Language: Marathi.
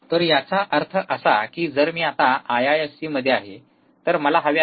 तर याचा अर्थ असा की जर मी आता आय आय एस सी मध्ये आहे तर मला हवे आहे का